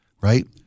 right